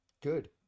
good